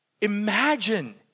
Imagine